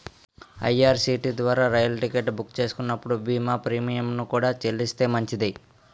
IRCTC ద్వారా రైలు ticket book చేస్తున్నప్పుడు బీమా ప్రీమియంను కూడా చెల్లిస్తే మంచిది